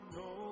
no